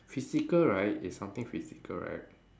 physical right it's something physical right